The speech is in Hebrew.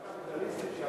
חברה קפיטליסטית,